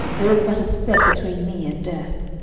there is but a step between me and death.